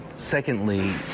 secondly,